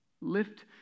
Lift